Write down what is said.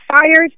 fired